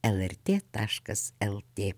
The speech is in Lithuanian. lrt taškas lt